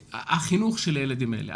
החינוך של הילדים האלה.